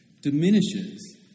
diminishes